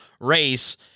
race